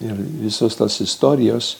ir visos tos istorijos